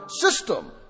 system